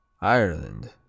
Ireland